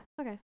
okay